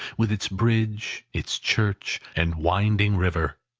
with its bridge, its church, and winding river.